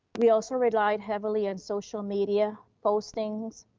we also relied heavily on social media postings,